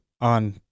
on